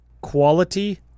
quality